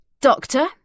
Doctor